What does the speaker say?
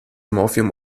morphium